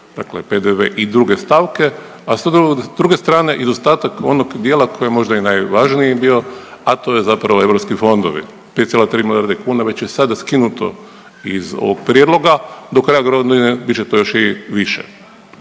dakle PDV i druge stavke, a s druge strane izostatak onog dijela koji je možda i najvažniji bio, a to je zapravo europski fondovi, 5,3 milijarde kuna već je sada skinuto iz ovog prijedloga, do kraja godine bit će to još i više.